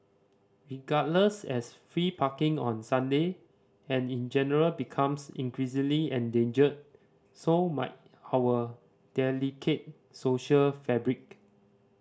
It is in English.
regardless as free parking on Sunday and in general becomes increasingly endangered so might our delicate social fabric